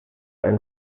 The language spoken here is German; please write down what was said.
ein